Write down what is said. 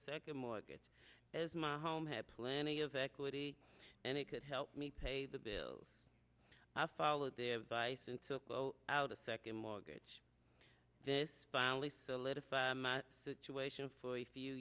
second mortgage as my home have plenty of equity and it could help me pay the bills after followed their advice and took out a second mortgage this only solidify my situation for a few